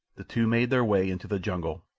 the two made their way into the jungle,